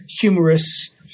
humorous